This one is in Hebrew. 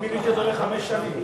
2482, 2499 ו-2525 בנושא: